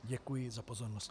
Děkuji za pozornost.